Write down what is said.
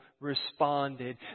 responded